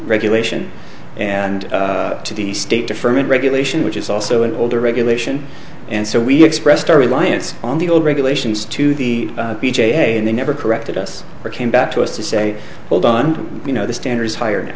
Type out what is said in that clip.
regulation and to the state deferment regulation which is also an older regulation and so we expressed our reliance on the old regulations to the p g a and they never corrected us or came back to us to say hold on you know the standard is fired